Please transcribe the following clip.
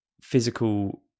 physical